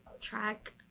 track